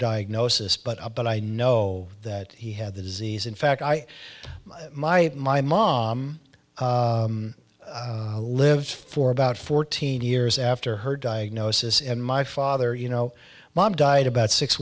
diagnosis but about i know that he had the disease in fact i my my mom lives for about fourteen years after her diagnosis and my father you know mom died about six